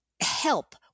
help